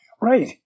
Right